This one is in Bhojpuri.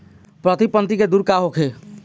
प्रति पंक्ति के दूरी का होखे?